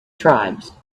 tribes